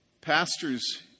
Pastors